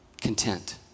Content